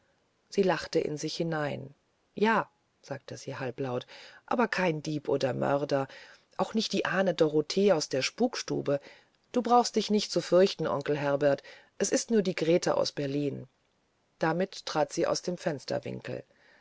sie lachte in sich hinein ja sagte sie halblaut aber kein dieb oder mörder auch nicht die ahne dorothee aus der spukstube du brauchst dich nicht zu fürchten onkel herbert es ist nur die grete aus berlin damit trat sie aus dem